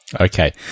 Okay